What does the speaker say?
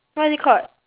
what is it called